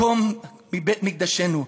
מקום בית-מקדשנו,